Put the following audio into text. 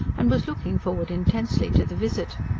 and was looking forward intensely to the visit.